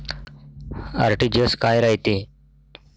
RTGS काय रायते?